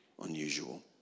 unusual